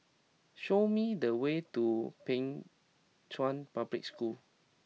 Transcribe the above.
show me the way to Pei Chun Public School